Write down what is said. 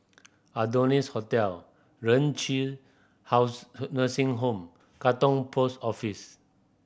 Adonis Hotel Renci House Nursing Home Katong Post Office